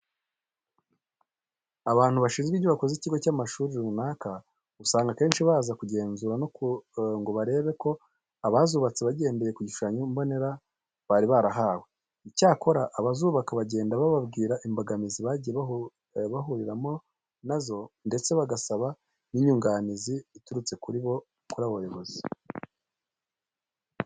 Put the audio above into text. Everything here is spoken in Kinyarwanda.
Abantu bashinzwe inyubako z'ikigo cy'amashuri runaka asanga akenshi baza kugenzura ngo barebe ko abazubatse bagendeye ku gishushanyo mbonera bari barahawe. Icyakora abazubaka bagenda bababwira imbogamizi bagiye bahuriramo na zo ndetse bagasaba n'inyunganizi iturutse kuri abo bayobozi.